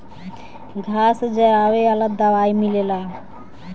घास जरावे वाला दवाई मिलेला